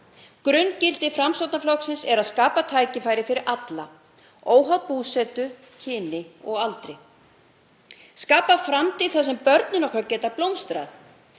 Grunngildi Framsóknarflokksins eru að skapa tækifæri fyrir alla, óháð búsetu, kyni og aldri. Að skapa framtíð þar börnin okkar geta blómstrað.